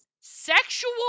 sexual